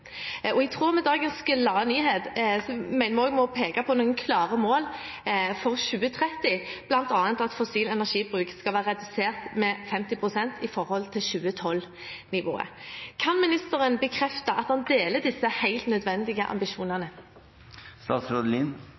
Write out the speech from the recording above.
I tråd med dagens gladnyhet mener vi også at vi må peke på noen klare mål for 2030, bl.a. at fossil energibruk skal være redusert med 50 pst. i forhold til 2012-nivået. Kan ministeren bekrefte at han deler disse helt nødvendige